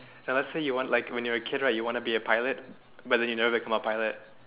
and let's say you want like when you're a kid right you said you want to be a pilot but you never become a pilot